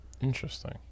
Interesting